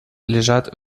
лежат